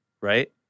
Right